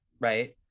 right